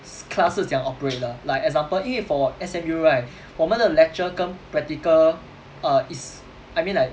class 是怎样 operate 的 like example 因为 for S_M_U right 我们的 lecture 跟 practical err is I mean like